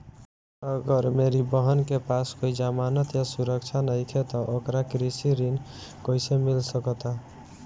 अगर मेरी बहन के पास कोई जमानत या सुरक्षा नईखे त ओकरा कृषि ऋण कईसे मिल सकता?